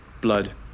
blood